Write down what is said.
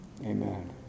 Amen